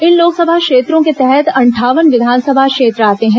इन लोकसभा क्षेत्रों के तहत अंठावन विधानसभा क्षेत्र आते हैं